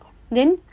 then